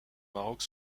maroc